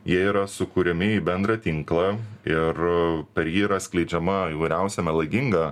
jie yra sukuriami į bendrą tinklą ir per jį yra skleidžiama įvairiausia melaginga